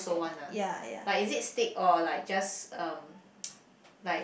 ya ya